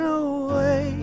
away